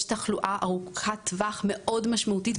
יש תחלואה ארוכת טווח מאוד משמעותית,